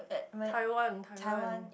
Taiwan Taiwan